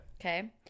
okay